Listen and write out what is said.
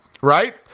right